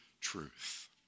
truth